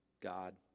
God